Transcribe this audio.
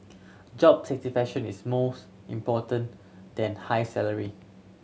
job satisfaction is most important than high salary